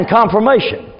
confirmation